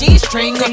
G-string